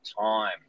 Time